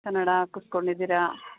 Kannada ಹಾಕಸ್ಕೊಂಡಿದೀರಾ